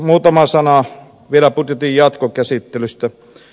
muutama sana vielä budjetin jatkokäsittelystä